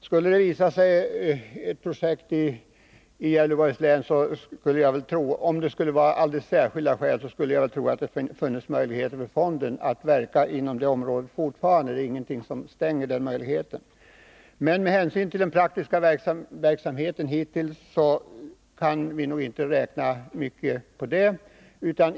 Skulle det dyka upp ett projekt i Gävleborgs län och det fanns alldeles särskilda skäl, skulle jag väl tro att det funnes möjligheter för fonden att verka. Ingenting stänger den möjligheten, men med hänsyn till den praktiska verksamheten kan vi nog inte räkna mycket på det.